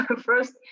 first